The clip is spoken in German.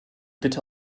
bitte